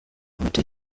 heute